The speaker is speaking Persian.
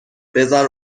بزار